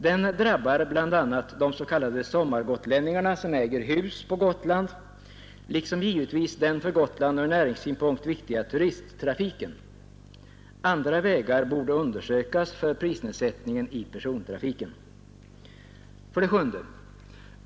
Den drabbar bl.a. de s.k. sommargotlänningarna som äger hus på Gotland, liksom givetvis den för Gotland ur näringssynpunkt viktiga turisttrafiken. Andra vägar borde undersökas för prisnedsättningen i persontrafiken. 7.